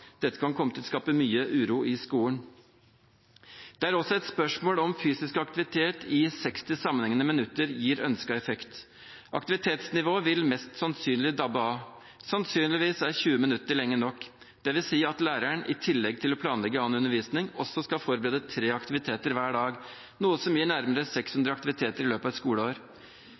Dette kan komme til å skape mye uro i skolen. Det er også et spørsmål om fysisk aktivitet i 60 sammenhengende minutter gir ønsket effekt. Aktivitetsnivået vil mest sannsynlig dabbe av. Sannsynligvis er 20 minutter lenge nok. Det vil si at læreren, i tillegg til å planlegge annen undervisning, også skal forberede tre aktiviteter hver dag, noe som gir nærmere 600 aktiviteter i løpet av et skoleår.